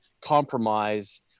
compromise